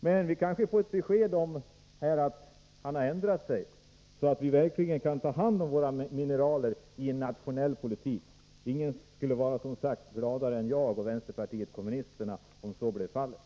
Men vi kanske nu kan få ett besked om att industriministern har ändrat sig, så att vi får ta hand om våra mineral nationellt. Ingen skulle bli gladare än jag och vänsterpartiet kommunisterna, om så blev fallet.